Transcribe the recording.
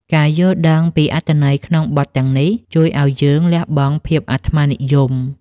ការយល់ដឹងពីអត្ថន័យក្នុងបទទាំងនេះ ជួយឱ្យយើងលះបង់ភាពអាត្មានិយម។